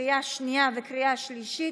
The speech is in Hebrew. לקריאה שנייה וקריאה שלישית.